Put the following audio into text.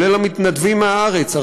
כולל המתנדבים מהארץ,